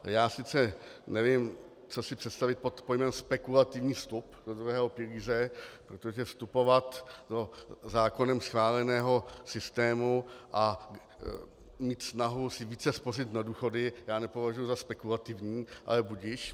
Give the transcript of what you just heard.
Já sice nevím, co si představit pod pojmem spekulativní vstup do druhého pilíře, protože vstupovat do zákonem schváleného systému a mít snahu si více spořit na důchody já nepovažuji za spekulativní, ale budiž.